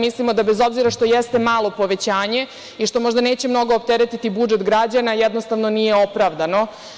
Mislimo da, bez obzira što jeste malo povećanje i što možda neće mnogo opteretiti budžet građana, jednostavno nije opravdano.